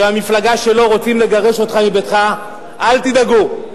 שהמפלגה שלך רוצים לגרש אותך מביתך: אל תדאגו.